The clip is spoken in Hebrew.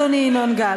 אדוני ינון מגל.